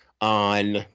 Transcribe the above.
on